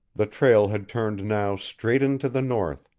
the trail had turned now straight into the north,